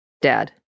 Dad